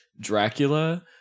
Dracula